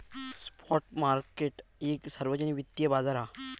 spot market एक सार्वजनिक वित्तिय बाजार हा